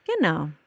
Genau